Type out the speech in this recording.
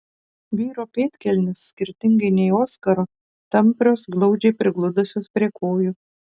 vyro pėdkelnės skirtingai nei oskaro tamprios glaudžiai prigludusios prie kojų